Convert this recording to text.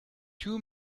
two